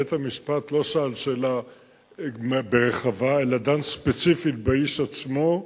בית-המשפט לא שאל שאלה רחבה אלא דן ספציפית באיש עצמו,